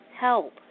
help